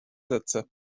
sätze